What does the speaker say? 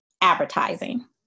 advertising